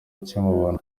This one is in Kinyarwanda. ukimubona